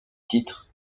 titres